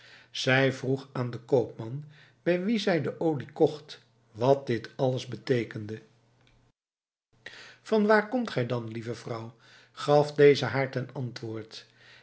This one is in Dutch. zij vroeg aan den koopman bij wien zij de olie kocht wat dit alles beteekende vanwaar komt gij dan lieve vrouw gaf deze haar ten antwoord